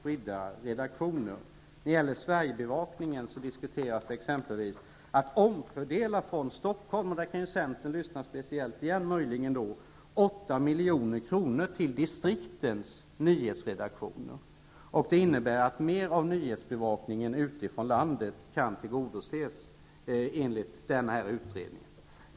När det gäller Sverigebevakningen diskuteras exempelvis att man skall omfördela från Stockholm -- här kan Centern lyssna speciellt -- 8 milj.kr. till distriktens nyhetsredaktioner. Det innebär att mer av nyhetsbevakningen utifrån landet kan tillgodoses enligt den här utredningen.